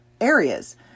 areas